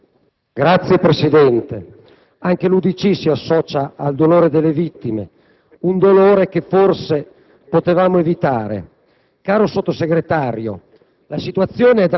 Signor Presidente, anche l'UDC si associa al dolore per le vittime, un dolore che forse potevamo evitare.